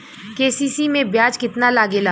KCC में ब्याज कितना लागेला?